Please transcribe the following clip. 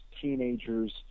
teenagers